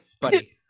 buddy